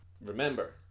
Remember